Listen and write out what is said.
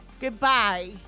Goodbye